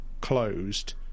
closed